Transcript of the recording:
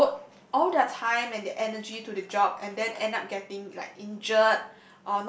devote all their time and their energy to the job and then end up getting like injured